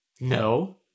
No